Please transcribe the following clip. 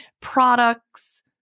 products